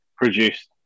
produced